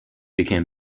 became